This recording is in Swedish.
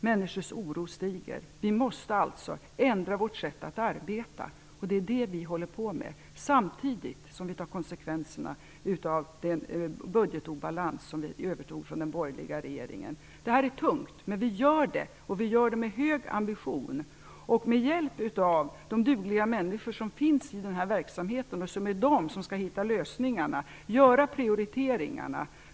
Människors oro stiger. Vi måste alltså ändra vårt sätt att arbeta. Det är det vi håller på med, samtidigt som vi tar konsekvenserna av den obalans i budgeten som vi övertog från den borgerliga regeringen. Det är tungt, men vi gör det, och vi gör det med höga ambitioner. Med hjälp av de dugliga människor som finns i denna verksamhet - och det är de som skall hitta lösningarna - skall vi göra prioriteringarna.